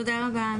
תודה רבה,